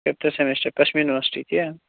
fifth semester Kashmir university تِیا